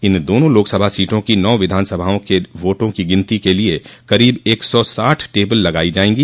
इन दोनों लोकसभा सीटों की नौ विधानसभाओं के वोटों की गिनती के लिये करीब एक सौ साठ टेबल लगायी जायेंगी